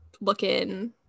looking